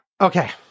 Okay